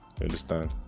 understand